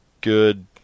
good